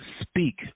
speak